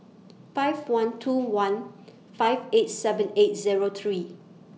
five one two one five eight seven eight Zero three